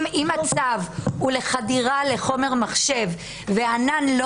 אם הצו הוא לחדירה לחומר מחשב והענן לא